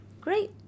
Great